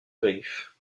griffe